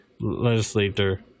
legislator